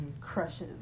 Crushes